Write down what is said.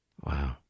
Wow